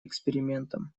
экспериментам